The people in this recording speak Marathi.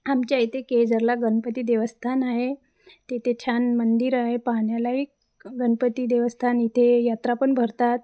आमच्या इथे केळझरला गणपती देवस्थान आहे तिथे छान मंदिर आहे पाहण्यालायक गणपती देवस्थान इथे यात्रा पण भरतात